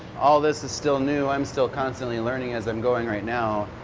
all of this is still new, i'm still constantly learning as i'm going right now.